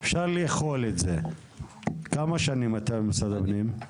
שאפשר לאכול את זה, כמה שנים אתה במשרד הפנים?